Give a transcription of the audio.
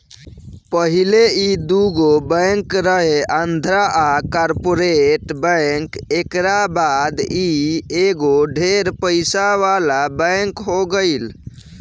पहिले ई दुगो बैंक रहे आंध्रा आ कॉर्पोरेट बैंक एकरा बाद ई एगो ढेर पइसा वाला बैंक हो गईल